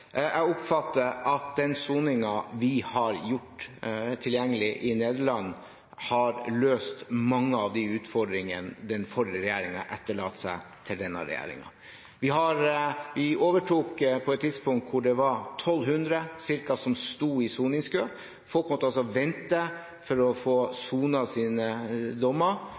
Jeg oppfatter at den soningen vi har gjort tilgjengelig i Nederland, har løst mange av de utfordringene den forrige regjeringen etterlot seg til denne regjeringen. Vi overtok på et tidspunkt hvor ca. 1 200 sto i soningskø. Folk måtte altså vente for å få sonet sine dommer.